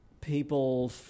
people